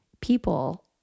people